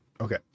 Okay